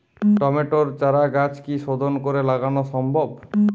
টমেটোর চারাগাছ কি শোধন করে লাগানো সম্ভব?